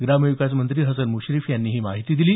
ग्रामविकास मंत्री हसन मुश्रीफ यांनी ही माहिती दिली